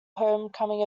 homecoming